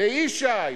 לישי?